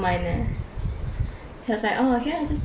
he was like oh okay ah just talk just talk